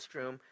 restroom